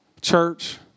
Church